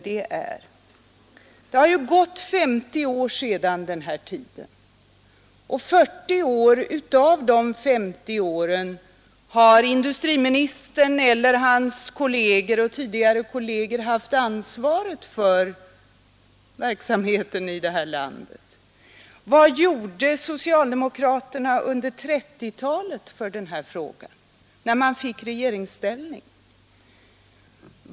Men det har nu gått 50 år sedan di sa 50 år har industriministern eller hans tidigare kolleger haft regeringsansvaret i det här landet. Vad gjorde socialdemokraterna i denna fråga under 1930-talet när man kommit i regeringsställning?